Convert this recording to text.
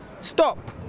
Stop